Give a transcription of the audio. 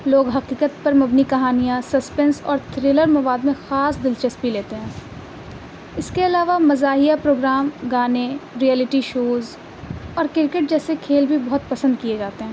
لوگ حقیقت پر مبنی کہانیاں سسپینس اور تھریلر مواد میں خاص دلچسپی لیتے ہیں اس کے علاوہ مزاحیہ پروگرام گانے ریئلٹی شوز اور کرکٹ جیسے کھیل بھی بہت پسند کیے جاتے ہیں